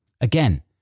Again